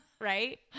right